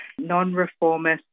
non-reformist